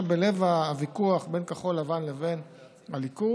בלב הוויכוח בין כחול לבן לבין הליכוד,